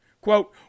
Quote